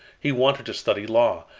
he wanted to study law,